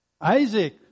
Isaac